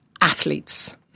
athletes